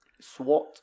SWAT